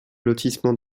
lotissement